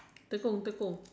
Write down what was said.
Tekong Tekong